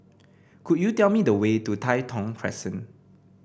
could you tell me the way to Tai Thong Crescent